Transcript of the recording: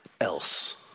else